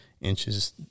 inches